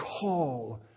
call